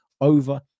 over